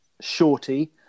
Shorty